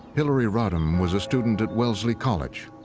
hillary rodham was a student at wellesley college.